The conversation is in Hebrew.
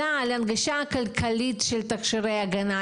השאלה על הנגשה כלכלית של תכשירי הגנה,